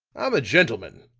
i'm a gentleman.